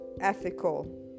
ethical